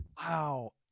wow